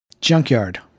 Junkyard